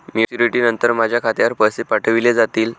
Maturity नंतर माझ्या खात्यावर पैसे पाठविले जातील?